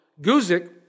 Guzik